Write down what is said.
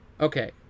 okay